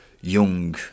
young